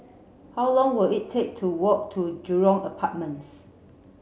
how long will it take to walk to Jurong Apartments